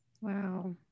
Wow